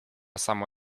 samo